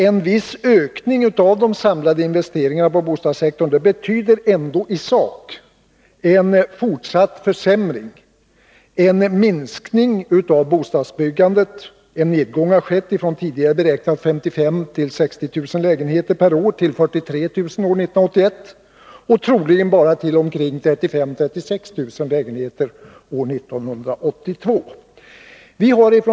En viss ökning av de samlade investeringarna på bostadssektorn betyder ändå i sak en fortsatt försämring, en minskning av bostadsbyggandet. En nedgång har skett från tidigare beräknade 55 000-60 000 lägenheter per år till 43 000 år 1981 och troligen till bara 35 000 å 36 000 lägenheter år 1982.